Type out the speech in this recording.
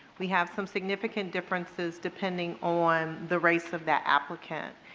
we have some significant differences depending on the race of that applicant.